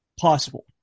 possible